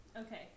Okay